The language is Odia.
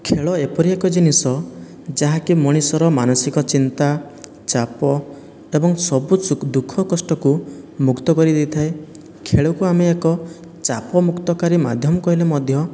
ଖେଳ ଏପରି ଏକ ଜିନିଷ ଯାହାକି ମଣିଷର ମାନସିକ ଚିନ୍ତା ଚାପ ଏବଂ ସବୁ ଦୁଃଖ କଷ୍ଟକୁ ମୁକ୍ତ କରିଦେଇଥାଏ ଖେଳକୁ ଆମେ ଏକ ଚାପ ମୁକ୍ତକାରୀ ମାଧ୍ୟମ କହିଲେ ମଧ୍ୟ